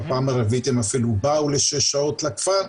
בפעם הרביעית הם אפילו באו לשש שעות לכפר,